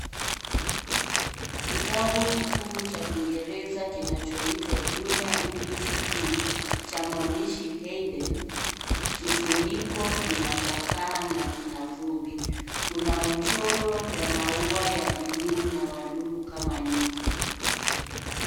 Kitabu kikuu cha kingereza kinachoitwa Junior English 2 cha mwandishi Haiden ,kifuniko kinachakaa na kina vumbi. Kuna mchoro ya maua ya bluu na wadudu kama nyuki.